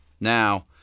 Now